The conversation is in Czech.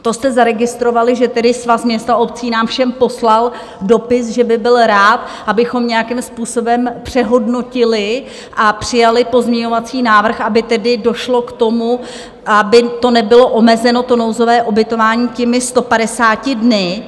To jste zaregistrovali, že Svaz měst a obcí nám všem poslal dopis, že by byl rád, abychom nějakým způsobem přehodnotili a přijali pozměňovací návrh, aby tedy došlo k tomu, aby to nebylo omezeno nouzové ubytování těmi 150 dny?